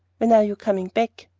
when are you coming back?